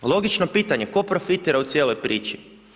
Logično pitanje, tko profitira u cijeloj priči?